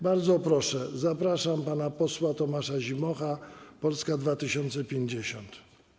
Bardzo proszę, zapraszam pana posła Tomasza Zimocha, Polska 2050.